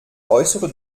äußere